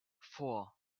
four